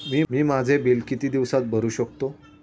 मी माझे बिल किती दिवसांत भरू शकतो?